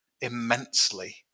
immensely